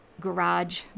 garage